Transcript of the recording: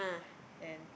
and